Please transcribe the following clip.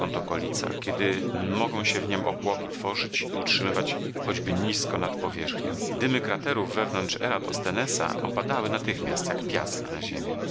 w przebywanych dotąd okolicach kiedy mogą się w niem obłoki tworzyć i utrzymywać choćby nizko nad powierzchnią dymy kraterów wewnątrz eratosthenesa opadały natychmiast jak piasek na ziemię